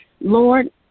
Lord